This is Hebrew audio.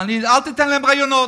אל תיתן להם רעיונות.